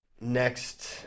Next